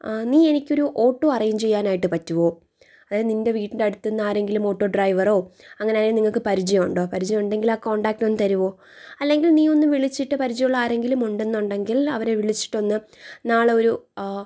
നീ എനിക്കൊരു auto arrange ചെയ്യാനായിട്ട് പറ്റുമോ അതായത് നിൻ്റെ വീടിൻ്റെ അടുത്ത് നിന്ന് ആരെങ്കിലും ഓട്ടോ ഡ്രൈവറോ അങ്ങനെ ആരെയും നിങ്ങൾക്ക് പരിചയം ഉണ്ടോ പരിചയമുണ്ടെങ്കിൽ ആ കോൺടാക്ട് ഒന്ന് തരുമോ അല്ലെങ്കിൽ നീ ഒന്ന് വിളിച്ചിട്ട് പരിചയമുള്ള ആരെങ്കിലും ഉണ്ട് എന്നുണ്ടെങ്കിൽ അവരെ വിളിച്ചിട്ട് ഒന്നു നാള ഒരു